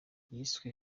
yiswe